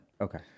Okay